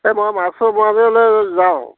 এই মই মাছ মাৰিবলৈ যাওঁ